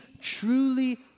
truly